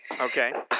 Okay